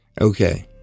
Okay